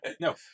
No